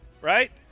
Right